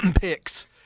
picks